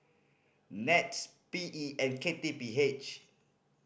NETS P E and K T P H